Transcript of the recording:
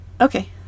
Okay